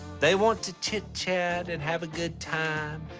they want to chitchat and have a good time.